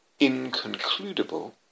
inconcludable